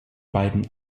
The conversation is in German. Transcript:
beiden